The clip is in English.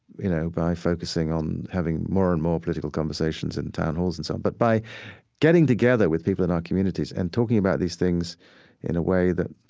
you know, by focusing on having more and more political conversations in town halls and some, but by getting together with people in our ah communities and talking about these things in a way that